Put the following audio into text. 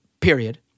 period